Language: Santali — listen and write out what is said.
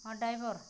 ᱦᱚᱸ ᱰᱟᱭᱵᱚᱨ